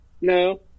No